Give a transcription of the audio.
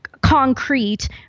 concrete